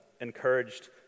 encouraged